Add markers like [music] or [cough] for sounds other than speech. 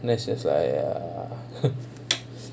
this is like ya [laughs]